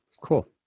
Cool